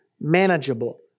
manageable